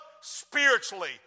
spiritually